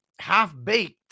half-baked